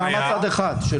זה במעמד צד אחד.